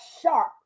sharp